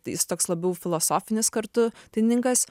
jis toks labiau filosofinis kartu dailininkas